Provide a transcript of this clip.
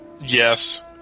Yes